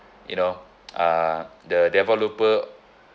you know uh the developer